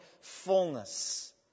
fullness